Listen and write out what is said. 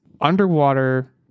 underwater